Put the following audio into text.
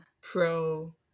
Pro